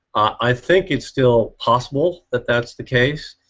i think it's still possible that that's the case.